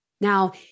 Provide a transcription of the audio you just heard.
Now